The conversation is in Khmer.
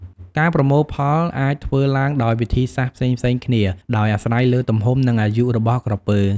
ការប្រមូលផលអាចធ្វើឡើងដោយវិធីសាស្ត្រផ្សេងៗគ្នា ដោយអាស្រ័យលើទំហំ និងអាយុរបស់ក្រពើ។